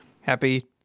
Happy